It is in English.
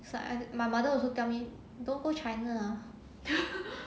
so I my mother also tell me don't go china ah